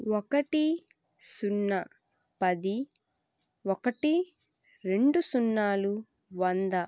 ఒకటి సున్న పది ఒకటి రెండు సున్నాలు వంద